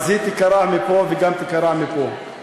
אז היא תיקרע מפה וגם תיקרע מפה.